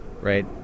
right